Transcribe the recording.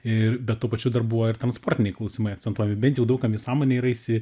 ir bet tuo pačiu dar buvo ir transportiniai klausimai akcentuojami bent jau daug kam į sąmonę yra įsi